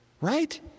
right